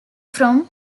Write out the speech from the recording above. from